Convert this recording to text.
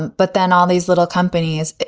but then all these little companies,